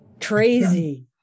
Crazy